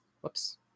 Whoops